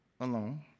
alone